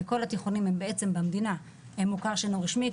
וכל התיכונים במדינה הם מוכר שאינו רשמי,